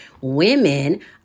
Women